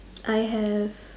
I have